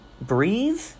breathe